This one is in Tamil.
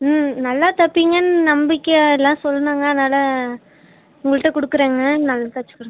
ம் நல்லா தைப்பீங்கன்னு நம்பிக்கையாக எல்லாம் சொன்னாங்க அதனால உங்கள்கிட்ட கொடுக்குறேங்க நல்லா தைச்சு கொடுங்க